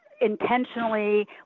intentionally